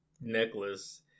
necklace